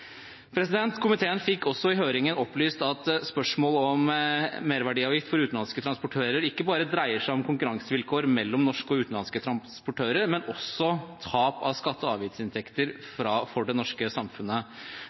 Komiteen fikk i høringen opplyst at spørsmål om merverdiavgift for utenlandske transportører ikke bare dreier seg om konkurransevilkår mellom norske og utenlandske transportører, men også tap av skatte- og avgiftsinntekter for det norske samfunnet.